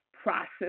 process